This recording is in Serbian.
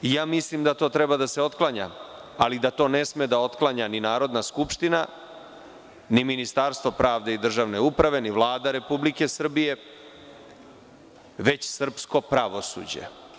Ja mislim da to treba da se otklanja, ali da to ne sme da otklanja ni Narodna skupština, ni Ministarstvo pravde i državne uprave, ni Vlada Republike Srbije, već srpsko pravosuđe.